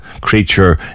creature